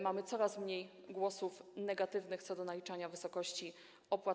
Mamy coraz mniej głosów negatywnych co do naliczania wysokości opłat.